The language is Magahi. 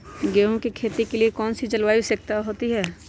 गेंहू की खेती के लिए कौन सी जलवायु की आवश्यकता होती है?